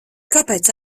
kāpēc